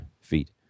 feet